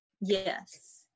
Yes